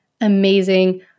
amazing